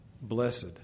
Blessed